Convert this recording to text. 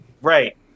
Right